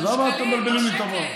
למה אתם מבלבלים לי את המוח?